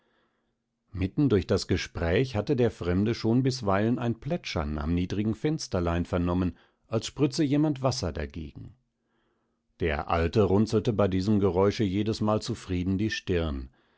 mitten durch das gespräch hatte der fremde schon bisweilen ein plätschern am niedrigen fensterlein vernommen als sprütze jemand wasser dagegen der alte runzelte bei diesem geräusche jedesmal zufrieden die stirn